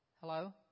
hello